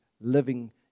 living